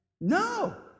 No